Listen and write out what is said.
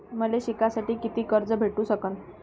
मले शिकासाठी कितीक कर्ज भेटू सकन?